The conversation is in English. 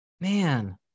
Man